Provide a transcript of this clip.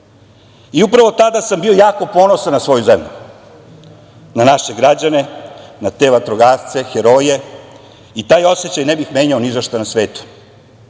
zemlji. Upravo tada sam bio jako ponosan na svoju zemlju, na naše građane, na te vatrogasce heroje i taj osećaj ne bih menjao ni za šta na svetu.